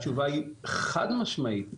התשובה היא חד משמעית לא,